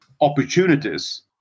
opportunities